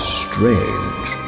strange